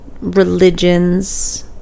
religions